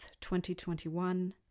2021